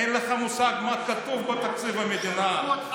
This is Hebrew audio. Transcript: אין לך מושג מה כתוב בתקציב המדינה.